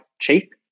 cheap